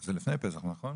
זה לפני פסח, נכון?